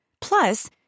Plus